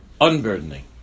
Unburdening